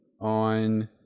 on